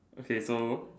okay so